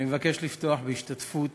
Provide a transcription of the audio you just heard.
אני מבקש לפתוח בהשתתפות